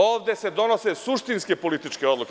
Ovde se donose suštinske političke odluke.